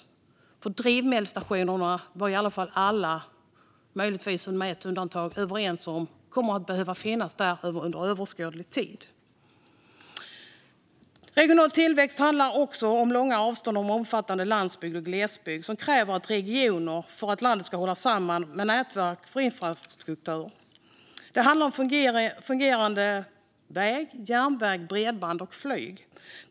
Alla, möjligtvis med ett undantag, var i alla fall överens om att drivmedelsstationerna kommer att behöva finnas på plats under överskådlig tid. Regional tillväxt handlar om långa avstånd och omfattande landsbygd och glesbygd. Det krävs samverkan mellan regioner för att landet ska hålla samman med nätverk för infrastruktur. Det handlar om fungerande väg, järnväg, bredband och flyg.